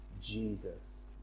Jesus